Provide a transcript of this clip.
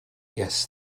yes